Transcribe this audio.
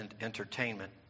entertainment